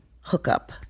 hookup